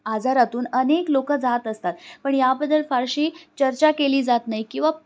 आजारातून अनेक लोक जात असतात पण याबद्दल फारशी चर्चा केली जात नाही किंवा